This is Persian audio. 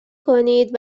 کنید